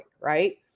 right